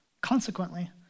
Consequently